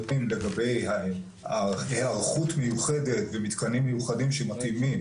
לגבי היערכות מיוחדת ומתקנים מיוחדים שמתאימים.